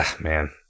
Man